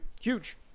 Huge